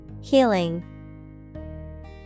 Healing